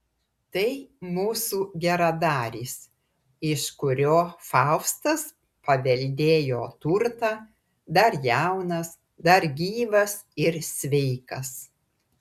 tai mūsų geradaris iš kurio faustas paveldėjo turtą dar jaunas dar gyvas ir sveikas